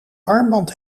armband